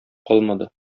калмады